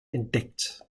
entdeckt